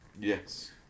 Yes